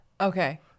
okay